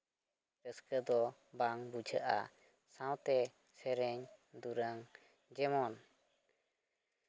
ᱨᱟᱹᱥᱠᱟᱹ ᱫᱚ ᱵᱟᱝ ᱵᱩᱡᱷᱟᱹᱜᱼᱟ ᱥᱟᱶᱛᱮ ᱥᱮᱨᱮᱧ ᱫᱩᱨᱟᱹᱝ ᱡᱮᱢᱚᱱ